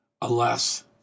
alas